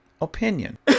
opinion